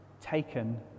taken